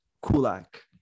Kulak